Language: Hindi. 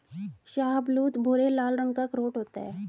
शाहबलूत भूरे लाल रंग का अखरोट होता है